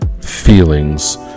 feelings